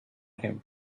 him